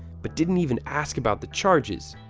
but didn't even ask about the charges.